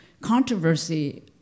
controversy